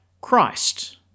Christ